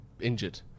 injured